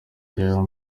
rero